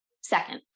second